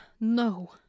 no